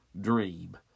dream